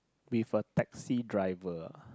with a taxi driver ah